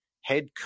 head